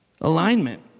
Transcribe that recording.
Alignment